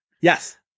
Yes